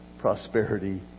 prosperity